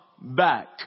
back